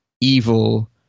evil